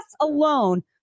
alone